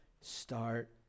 start